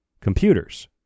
computers